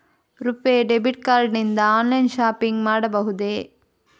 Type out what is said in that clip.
RuPay debit card ನಿಂದ online shopping ಮಾಡಬಹುದೇ?